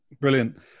brilliant